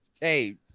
hey